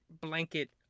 blanket